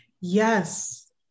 Yes